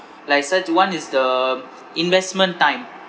like such one is the investment time